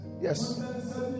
yes